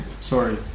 Sorry